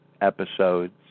episodes